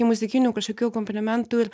muzikinių kažkokių komplimentų ir